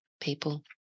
people